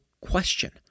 question